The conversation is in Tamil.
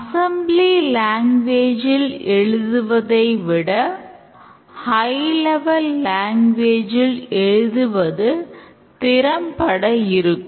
அசம்பிளி லாங்குவேஜில் எழுதுவது திரம்பட்ட இருக்கும்